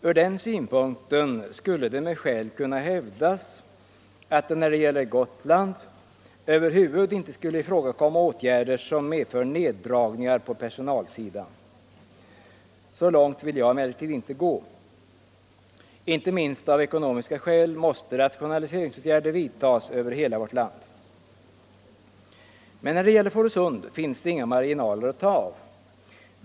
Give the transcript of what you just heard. Från den synpunkten skulle det med skäl kunna hävdas att det, då det gäller Gotland, över huvud inte skulle ifrågakomma åtgärder som medför neddragningar på personalsidan. Så långt vill jag emellertid inte gå. Inte minst av ekonomiska skäl måste rationaliseringsåtgärder vidtas över hela vårt land. Men då det gäller Fårösund finns det inga marginaler att ta av.